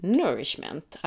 nourishment